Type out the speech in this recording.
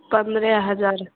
पन्द्रह हजार